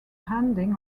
handing